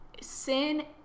Sin